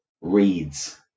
Reads